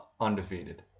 undefeated